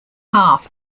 half